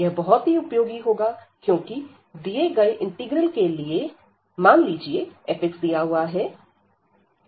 यह बहुत ही उपयोगी होगा क्योंकि दिए थे इंटीग्रल के लिए मान लीजिए fx दिया हुआ है